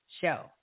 show